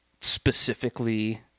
specifically